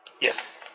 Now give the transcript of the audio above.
yes